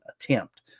attempt